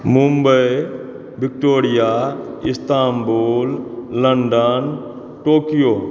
Mumbai Victoria Istanbul London Tokyo